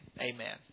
Amen